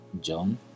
John